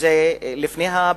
שזה לפני הפירוק,